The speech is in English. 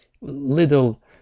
little